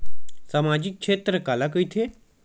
सामजिक क्षेत्र काला कइथे?